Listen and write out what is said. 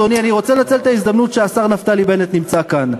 אדוני: אני רוצה לנצל את ההזדמנות שהשר נפתלי בנט נמצא כאן.